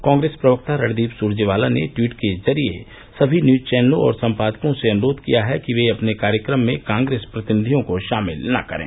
कांग्रेस प्रवक्ता रणदीप सुरजेवाला ने टवीट के जरिये सभी न्यूज चैनलों और संपादकों से अनुरोध किया है कि वे अपने कार्यक्रम में कांग्रेस प्रतिनिधियों को शामिल न करें